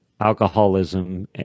alcoholism